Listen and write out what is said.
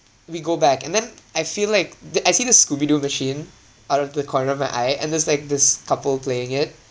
we go back and then I feel like the I see the scooby doo machine out of the corner of my eye and there's like this couple playing it